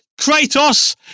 Kratos